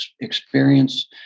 experience